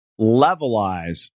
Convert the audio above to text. levelize